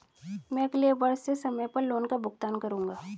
मैं अगले वर्ष से समय पर लोन का भुगतान करूंगा